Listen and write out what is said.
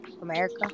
America